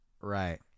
Right